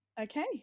okay